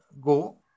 go